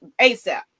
ASAP